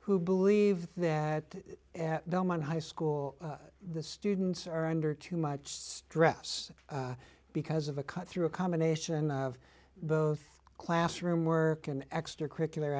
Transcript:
who believe that high school students are under too much stress because of a cut through a combination of both classroom work an extra curricular